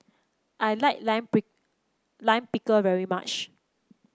I like Lime Lime Pickle very much